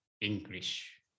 English